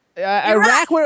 Iraq